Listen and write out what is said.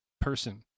person